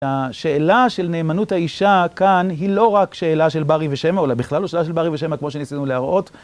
השאלה של נאמנות האישה כאן היא לא רק שאלה של ברי ושמה, אולי בכלל לא שאלה של ברי ושמה, כמו שניסינו להראות.